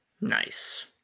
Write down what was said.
Nice